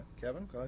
Kevin